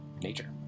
nature